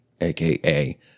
AKA